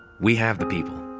we have the people.